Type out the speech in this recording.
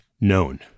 known